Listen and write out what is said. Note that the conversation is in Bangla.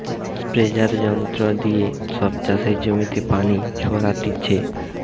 স্প্রেযাঁর যন্ত্র দিয়ে সব চাষের জমিতে পানি ছোরাটিছে